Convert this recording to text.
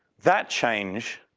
that change,